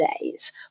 days